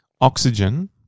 Oxygen